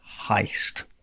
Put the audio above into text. heist